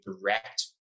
direct